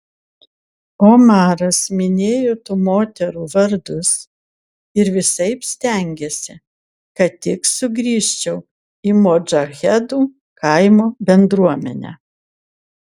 omaras minėjo tų moterų vardus ir visaip stengėsi kad tik sugrįžčiau į modžahedų kaimo bendruomenę